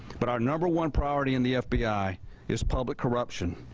but our number one priority and the fbi is public corruption.